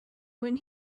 when